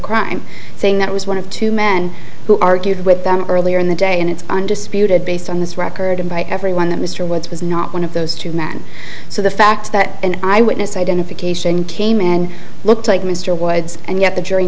crime saying that was one of two men who argued with them earlier in the day and it's undisputed based on this record and by everyone that mr woods was not one of those two men so the fact that an eyewitness identification came and looked like mr woods and yet the jury